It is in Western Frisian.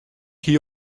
hie